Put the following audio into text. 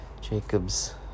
Jacob's